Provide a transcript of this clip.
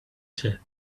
said